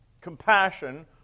compassion